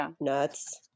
nuts